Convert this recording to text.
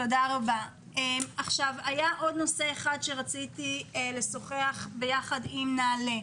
נושא נוסף שרציתי לשמוע מנעל"ה.